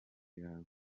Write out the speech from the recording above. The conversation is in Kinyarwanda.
yawe